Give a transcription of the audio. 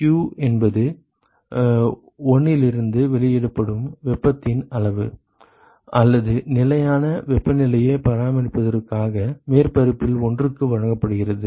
q என்பது 1 இலிருந்து வெளியிடப்படும் வெப்பத்தின் அளவு அல்லது நிலையான வெப்பநிலையை பராமரிப்பதற்காக மேற்பரப்பில் ஒன்றுக்கு வழங்கப்படுகிறது